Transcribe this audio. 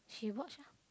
she watch ah